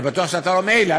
אני בטוח שאתה לא מאלה.